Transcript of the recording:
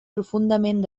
profundament